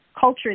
culture